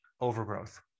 overgrowth